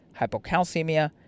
hypocalcemia